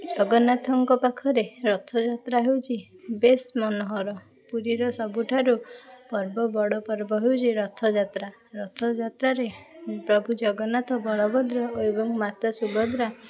ଜଗନ୍ନାଥଙ୍କ ପାଖରେ ରଥଯାତ୍ରା ହେଉଛି ବେଶ୍ ମନୋହର ପୁରୀର ସବୁଠାରୁ ପର୍ବ ବଡ଼ ପର୍ବ ହେଉଛି ରଥଯାତ୍ରା ରଥଯାତ୍ରାରେ ପ୍ରଭୁ ଜଗନ୍ନାଥ ବଳଭଦ୍ର ଏବଂ ମାତା ସୁଭଦ୍ରା